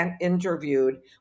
interviewed